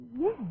Yes